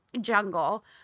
jungle